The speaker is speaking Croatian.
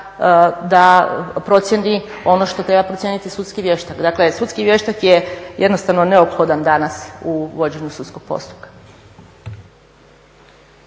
da procijeni ono što treba procijeniti sudski vještak. Dakle sudski vještak je jednostavno neophodan danas u vođenju sudskog postupka.